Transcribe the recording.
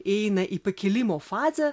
eina į pakilimo fazę